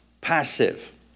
passive